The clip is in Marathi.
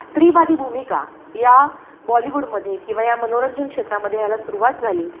स्त्रीवादी भूमिका या बॉलिवूडमध्ये किंवा या मनोरंजनक्षेत्रामध्ये यायला सुरुवात झाली